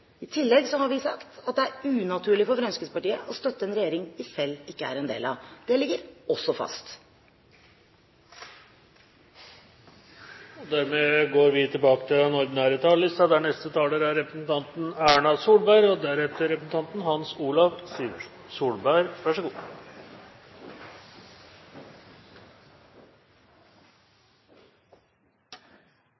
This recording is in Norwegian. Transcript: I tillegg har vi sagt at det er unaturlig for Fremskrittspartiet å støtte en regjering vi selv ikke er en del av. Det ligger også fast. Replikkordskiftet er omme. Jeg vil få lov til å gå tilbake igjen til